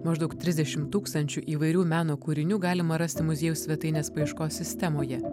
maždaug trisdešim tūkstančių įvairių meno kūrinių galima rasti muziejaus svetainės paieškos sistemoje